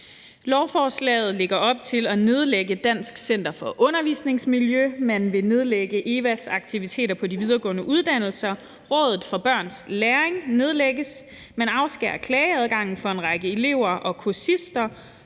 Lovforslaget lægger op til at nedlægge Dansk Center for Undervisningsmiljø. Man vil nedlægge EVA's aktiviteter på de videregående uddannelser. Rådet for Børns Læring nedlægges. Man afskærer klageadgangen for en række elever og kursister